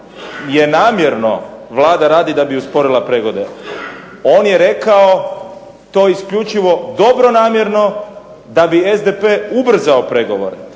je namjerno Vlada radi da bi usporila pregovore. On je rekao to isključivo dobronamjerno, da bi SDP ubrzao pregovore.